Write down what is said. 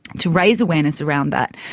to raise awareness around that.